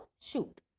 shoot